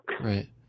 Right